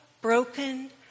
broken